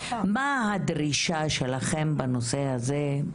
מה הדרישה שלכם בנושא הזה?